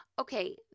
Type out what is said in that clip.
Okay